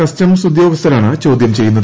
customs ഉദ്യോഗസ്ഥരാണ് ചോദ്യം ചെയ്യുന്നത്